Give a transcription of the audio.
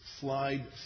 slide